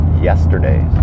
yesterday